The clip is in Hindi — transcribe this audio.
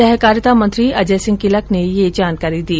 सहकारिता मंत्री अजय सिंह किलक ने यह जानकारी दी